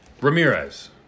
Ramirez